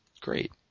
great